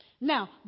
Now